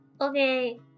Okay